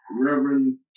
Reverend